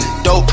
Dope